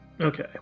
okay